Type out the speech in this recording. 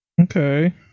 Okay